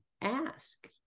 ask